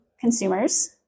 consumers